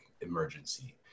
emergency